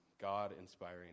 God-inspiring